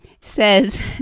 says